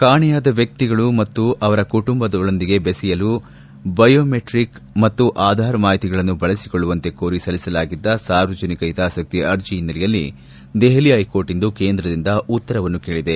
ಕಾಣೆಯಾದ ವ್ಯಕ್ತಿಗಳು ಮತ್ತೆ ಅವರ ಕುಟುಂಬಗಳೊಂದಿಗೆ ಬೆಸೆಯಲು ಬಯೋಮೆಟ್ರಿಕ್ ಮತ್ತು ಆಧಾರ್ ಮಾಹಿತಿಗಳನ್ನು ಬಳಸಿಕೊಳ್ಲುವಂತೆ ಕೋರಿ ಸಲ್ಲಿಸಲಾಗಿದ್ದ ಸಾರ್ವಜನಿಕ ಹಿತಾಸಕ್ತಿ ಅರ್ಜಿ ಹಿನ್ನೆಲೆಯಲ್ಲಿ ದೆಹಲಿ ಹೈಕೋರ್ಟ್ ಇಂದು ಕೇಂದ್ರದಿಂದ ಉತ್ತರವನ್ನು ಕೇಳಿದೆ